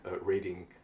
reading